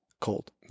cold